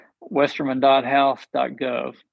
westerman.house.gov